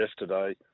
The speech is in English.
yesterday